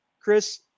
Chris